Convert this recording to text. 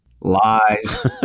Lies